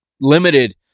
limited